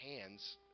hands